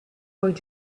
going